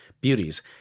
Beauties